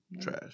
Trash